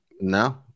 No